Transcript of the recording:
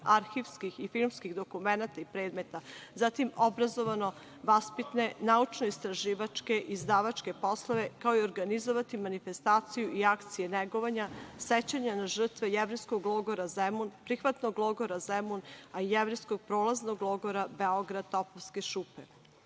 arhivskih i filmskih dokumenata i predmeta. Zatim obrazovno-vaspitne, naučno-istraživačke, izdavačke poslove kao i organizovati manifestaciju i akcije negovanja sećanja na žrtve Jevrejskog logora Zemun, Prihvatnog logora Zemun, a i Jevrejskog prolaznog logora Beograd „Topovske